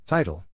Title